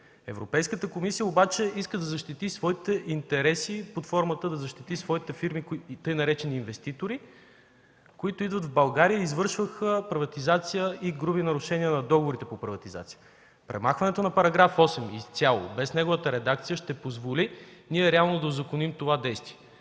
Европейската комисия обаче иска да защити своите интереси под формата да защити своите фирми, така наречени „инвеститори”, които идват в България и извършваха приватизация и груби нарушения на договорите по приватизацията. Премахването на § 8 изцяло, без неговата редакция ще позволи ние реално да узаконим това действие.